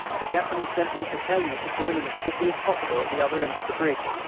the captain has sent me to tell you to join him as quickly as possible at the other end of the bridge.